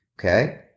okay